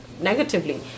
negatively